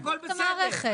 נבדוק את המערכת.